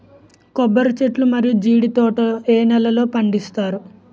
కొబ్బరి చెట్లు మరియు జీడీ తోట ఏ నేలల్లో పండిస్తారు?